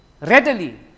readily